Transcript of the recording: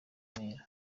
remera